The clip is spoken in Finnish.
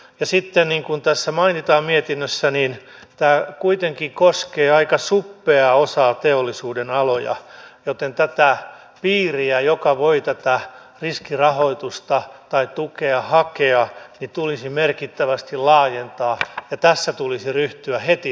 ja sitten niin kuin tässä mietinnössä mainitaan tämä kuitenkin koskee aika suppeaa osaa teollisuudenaloja joten tätä piiriä joka voi tätä riskirahoitusta tai tukea hakea tulisi merkittävästi laajentaa ja tässä tulisi ryhtyä heti toimenpiteisiin